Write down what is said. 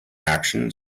actions